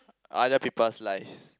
other people's lives